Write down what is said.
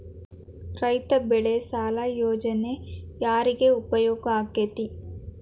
ರೈತ ಬೆಳೆ ಸಾಲ ಯೋಜನೆ ಯಾರಿಗೆ ಉಪಯೋಗ ಆಕ್ಕೆತಿ?